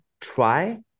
try